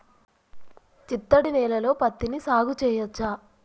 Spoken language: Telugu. చిత్తడి నేలలో పత్తిని సాగు చేయచ్చా?